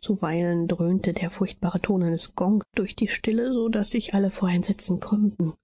zuweilen dröhnte der furchtbare ton eines gong durch die stille so daß sich alle vor entsetzen krümmten